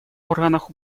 органах